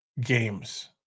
games